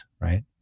right